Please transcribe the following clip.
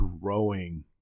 growing